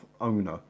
owner